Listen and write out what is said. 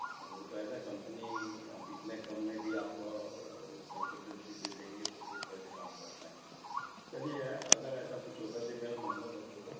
अब वो तो ऐसा कंपनी अब इतने कम में भी आपको कंसल्टेंसी दे देंगे तो फिर कैसे काम पर पाएंगे चलिए अगर ऐसा कुछ होता तो ये मेरा नंबर रखिएगा